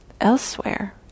elsewhere